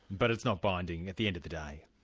but it's not binding at the end of the day?